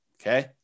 okay